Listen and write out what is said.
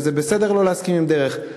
וזה בסדר לא להסכים לדרך,